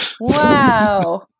Wow